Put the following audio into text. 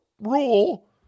rule